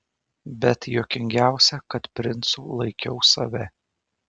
bet juokingiausia kad princu laikiau save